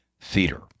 Theater